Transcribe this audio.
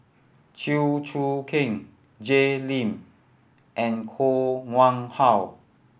Chew Choo Keng Jay Lim and Koh Nguang How